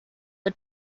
had